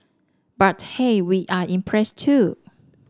but hey we are impressed too